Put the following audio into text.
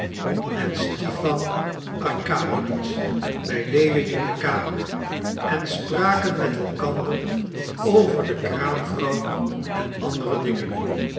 en stipan arkadiewitsch bij lewin in de kamer en spraken met elkander over de kraamvrouw en andere dingen